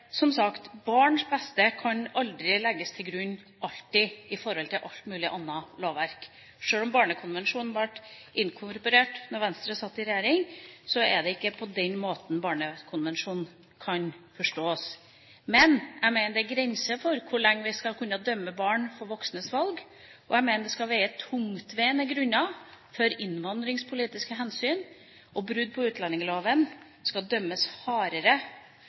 Som sagt: Barns beste kan aldri legges til grunn alltid i forhold til alt mulig annet lovverk. Selv om Barnekonvensjonen ble inkorporert da Venstre satt i regjering, er det ikke på den måten Barnekonvensjonen kan forstås. Men jeg mener det er grenser for hvor lenge vi skal kunne dømme barn for voksnes valg. Jeg mener at det skal være tungtveiende grunner for innvandringspolitiske hensyn, og at brudd på utlendingsloven skal dømmes hardere